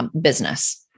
business